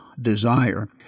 desire